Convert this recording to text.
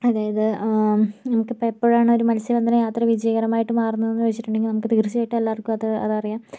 അതായത് നമുക്കിപ്പം എപ്പഴാണോ ഒരു മത്സ്യ ബന്ധന യാത്ര വിജയകരമായിട്ട് മാറുന്നതെന്ന് ചോദിച്ചിട്ടുണ്ടെങ്കിൽ നമുക്ക് തീർച്ചയായിട്ടും എല്ലാവർക്കും അത് അതറിയാം